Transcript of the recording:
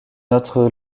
notre